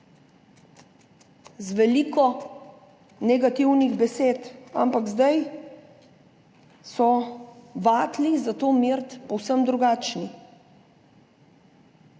z veliko negativnimi besedami, ampak zdaj so vatli za to meriti povsem drugačni.